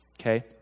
okay